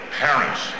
parents